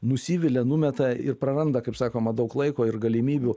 nusivilia numeta ir praranda kaip sakoma daug laiko ir galimybių